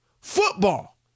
football